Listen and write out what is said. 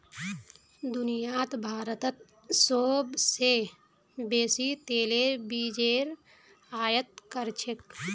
दुनियात भारतत सोबसे बेसी तेलेर बीजेर आयत कर छेक